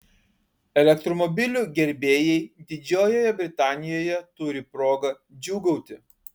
elektromobilių gerbėjai didžiojoje britanijoje turi progą džiūgauti